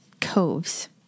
coves